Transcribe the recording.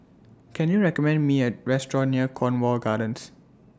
Can YOU recommend Me A Restaurant near Cornwall Gardens